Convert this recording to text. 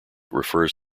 refers